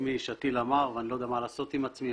אמר ואני לא יודע מה לעשות עם עצמי,